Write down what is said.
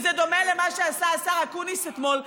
שזה דומה למה שעשה השר אקוניס אתמול,